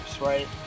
right